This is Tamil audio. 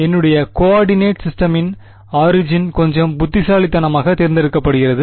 என்னுடைய கோஆர்டினேட் சிஸ்டமின் ஆரிஜின் கொஞ்சம் புத்திசாலித்தனமாக தேர்ந்தெடுக்கப்படுகிறது